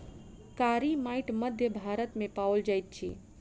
कारी माइट मध्य भारत मे पाओल जाइत अछि